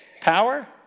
power